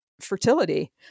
fertility